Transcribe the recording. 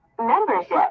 membership